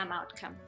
outcome